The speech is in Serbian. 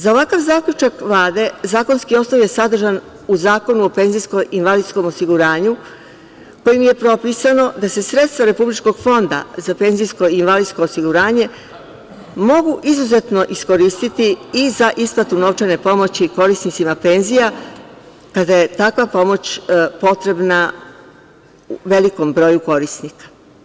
Za ovakav zaključak Vlade zakonski osnov je sadržan u Zakonu o PIO kojim je propisano da se sredstva Republičkog fonda za PIO mogu izuzetno iskoristiti i za isplatu novčane pomoći korisnicima penzija kada je takva pomoć potrebna velikom broju korisnika.